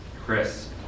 Chris